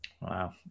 Wow